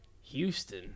Houston